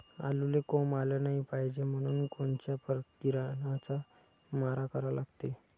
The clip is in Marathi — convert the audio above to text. आलूले कोंब आलं नाई पायजे म्हनून कोनच्या किरनाचा मारा करा लागते?